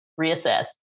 reassess